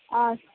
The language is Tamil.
ஆ